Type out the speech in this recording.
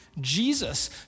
Jesus